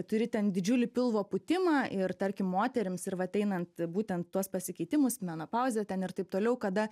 turi ten didžiulį pilvo pūtimą ir tarkim moterims ir vat einant būtent tuos pasikeitimus menopauzė ten ir taip toliau kada